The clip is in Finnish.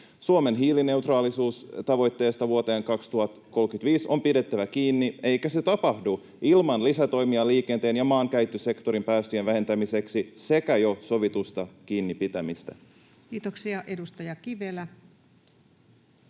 Suomen hiilineutraalisuustavoitteesta vuoteen 2035 on pidettävä kiinni, eikä se tapahdu ilman lisätoimia liikenteen ja maankäyttösektorin päästöjen vähentämiseksi eikä ilman jo sovitusta kiinni pitämistä. Kiitoksia. — Edustaja Kivelä.